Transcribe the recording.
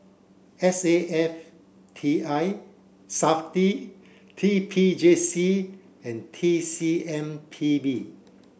S A F T I SAFTI T P J C and T C M P B